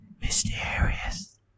mysterious